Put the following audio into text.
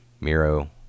Miro